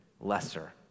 lesser